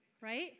right